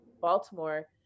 Baltimore